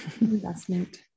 Investment